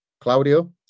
Claudio